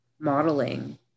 modeling